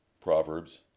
Proverbs